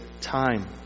time